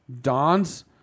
Don's